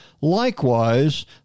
likewise